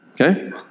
Okay